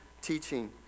teaching